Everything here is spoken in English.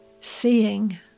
seeing